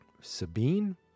Sabine